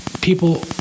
people